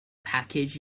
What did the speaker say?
package